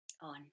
on